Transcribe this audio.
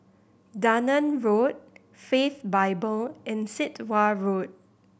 Dunearn Road Faith Bible and Sit Wah Road